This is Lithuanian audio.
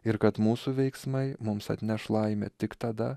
ir kad mūsų veiksmai mums atneš laimę tik tada